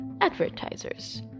advertisers